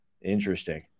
interesting